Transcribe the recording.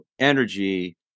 energy